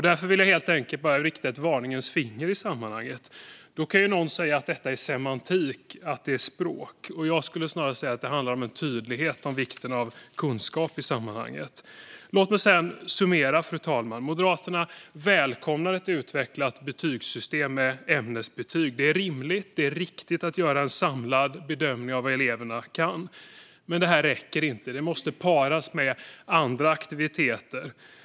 Därför vill jag helt enkelt höja ett varningens finger i sammanhanget. Då kan någon säga att detta är semantik, att det är språk. Jag skulle snarare säga att det handlar om en tydlighet om vikten av kunskap i sammanhanget. Låt mig summera, fru talman: Moderaterna välkomnar ett utvecklat betygssystem med ämnesbetyg. Det är rimligt och riktigt att göra en samlad bedömning av vad eleverna kan. Detta räcker dock inte. Det måste paras med andra aktiviteter.